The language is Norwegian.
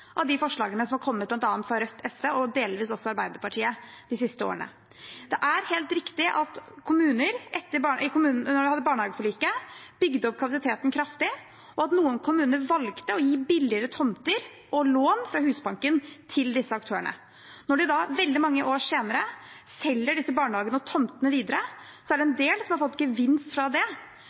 av de forslagene som har kommet fra Rødt og SV og delvis fra Arbeiderpartiet de siste årene. Det er helt riktig at kommuner etter barnehageforliket bygde opp kapasiteten kraftig, og at noen kommuner valgte å gi billigere tomter og lån fra Husbanken til disse aktørene. Når de da veldig mange år senere selger disse barnehagene og tomtene videre, er det en del som har fått gevinst fra det.